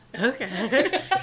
Okay